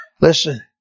Listen